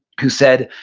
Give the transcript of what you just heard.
who said,